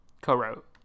Co-wrote